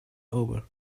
over